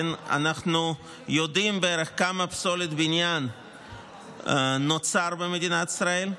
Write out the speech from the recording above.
אנחנו יודעים בערך כמה פסולת בניין נוצרת במדינת ישראל,